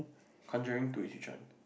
conjuring two is which one